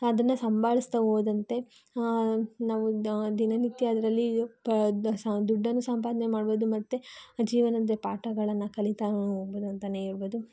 ಅದನ್ನು ಸಂಭಾಳಿಸ್ತಾ ಹೋದಂತೆ ನಮಗೆ ದಿನನಿತ್ಯ ಅದರಲ್ಲಿ ಪ ದ್ ಸ ದುಡ್ಡನ್ನು ಸಂಪಾದನೆ ಮಾಡಬಹುದು ಮತ್ತೆ ಜೀವನದ ಪಾಠಗಳನ್ನು ಕಲೀತ ಹೋಗಬಹುದು ಅಂತಲೇ ಹೇಳಬಹುದು